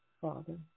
Father